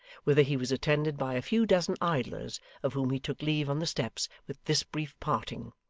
whither he was attended by a few dozen idlers of whom he took leave on the steps with this brief parting,